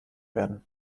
werden